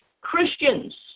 Christians